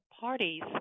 parties